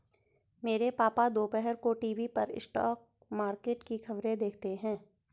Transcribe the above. मेरे पापा दोपहर को टीवी पर स्टॉक मार्केट की खबरें देखते हैं